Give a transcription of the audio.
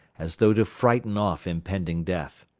as though to frighten off impending death.